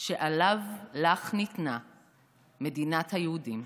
/ שעליו לך ניתנה מדינת היהודים.